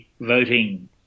voting